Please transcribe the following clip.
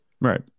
Right